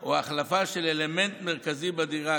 או החלפה של אלמנט מרכזי בדירה,